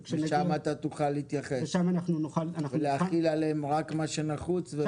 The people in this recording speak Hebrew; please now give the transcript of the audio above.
ושם אתה תוכל להתייחס, והחיל עליהם רק מה שנחוץ?